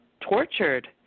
tortured